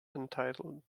entitled